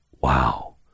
Wow